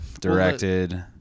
directed